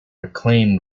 reclaim